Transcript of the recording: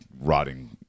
rotting